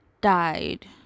died